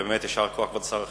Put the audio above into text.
ובאמת יישר כוח לשר החינוך.